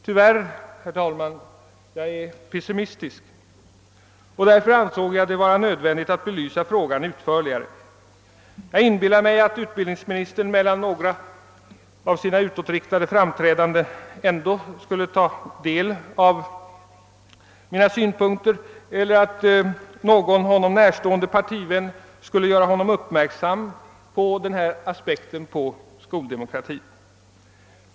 Tyvärr är jag pessimistisk, herr talman, och därför har jag ansett det nödvändigt att belysa frågan utförligare, Jag inbillar mig att utbildningsministern mellan några av sina utåtriktade framträdanden ändå skall ta del av mina synpunkter eller att någon honom närstående partivän skall göra honom uppmärksam på denna aspekt på skoldemokrati.